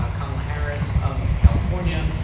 ah kamala harris of california,